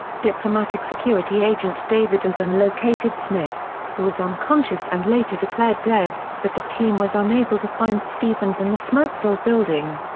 diplomatic security agent david ubben located smith, who was unconscious and later declared dead, but the team was unable to find stevens in the smoke-filled building.